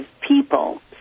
people